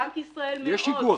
בנק ישראל מאוד --- יש איגו"ח.